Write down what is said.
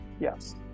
Yes